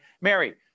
Mary